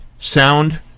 sound